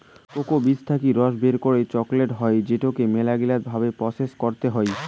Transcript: cocoa বীজ থাকি রস বের করই চকলেট হই যেটোকে মেলাগিলা ভাবে প্রসেস করতে হই